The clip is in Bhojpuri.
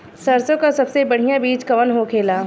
सरसों का सबसे बढ़ियां बीज कवन होखेला?